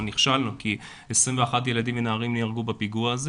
נכשלנו כי 21 ילדים ונערים נהרגו בפיגוע הזה